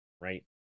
right